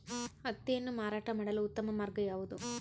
ಹತ್ತಿಯನ್ನು ಮಾರಾಟ ಮಾಡಲು ಉತ್ತಮ ಮಾರ್ಗ ಯಾವುದು?